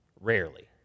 rarely